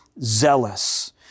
zealous